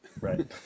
Right